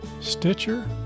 Stitcher